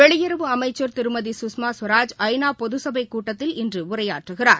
வெளியுறவு அமைச்ச் திருமதி சுஷ்மா ஸ்வராஜ் ஐ நா பொது சபைக் கூட்டத்தில் இன்று உரையாற்றுகிறார்